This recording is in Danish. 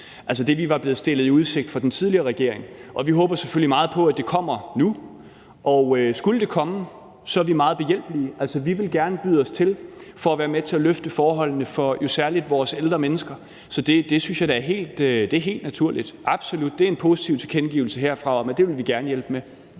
altså det, vi var blevet stillet i udsigt af den tidligere regering. Og vi håber selvfølgelig meget på, at det kommer nu, og skulle det komme, er vi meget behjælpelige. Vi vil gerne byde os til for at være med til at løfte forholdene for særlig vores ældre mennesker. Så det synes jeg da er helt naturligt – absolut – det er en positiv tilkendegivelse herfra om, at det vil vi gerne hjælpe med.